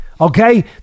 okay